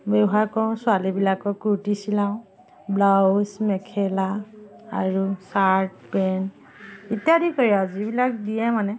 ব্যৱহাৰ কৰোঁ ছোৱালীবিলাকৰ কুৰ্তি চিলাওঁ ব্লাউজ মেখেলা আৰু চাৰ্ট পেণ্ট ইত্যাদি কৰি আও যিবিলাক দিয়ে মানে